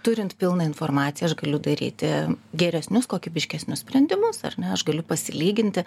turint pilną informaciją aš galiu daryti geresnius kokybiškesnius sprendimus ar ne aš galiu pasilyginti